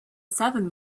seven